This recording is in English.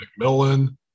McMillan